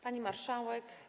Pani Marszałek!